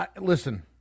listen –